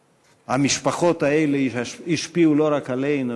שהמשפחות האלה השפיעו לא רק עלינו,